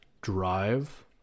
drive